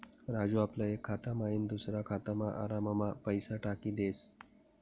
राजू आपला एक खाता मयीन दुसरा खातामा आराममा पैसा टाकी देस